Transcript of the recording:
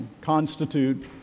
constitute